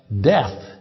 death